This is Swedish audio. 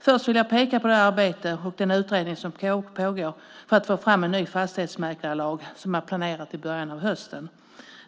Först vill jag peka på det arbete och den utredning som pågår för att få fram en ny fastighetsmäklarlag, som är planerad till början av hösten.